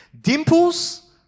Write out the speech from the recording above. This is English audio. dimples